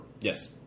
Yes